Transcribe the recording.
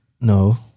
No